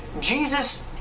Jesus